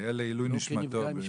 זה יהיה לעילוי נשמתו בעזרת ה'.